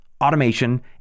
Automation